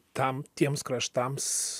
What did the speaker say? tam tiems kraštams